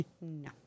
No